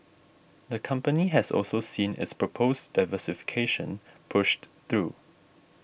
the company has also seen its proposed diversification pushed through